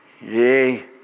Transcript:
Yay